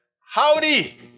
howdy